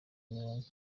mirongo